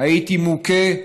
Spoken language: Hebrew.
הייתי מוכה,